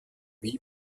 wie